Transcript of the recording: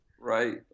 Right